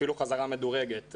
אפילו חזרה מדורגת,